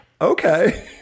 okay